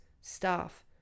staff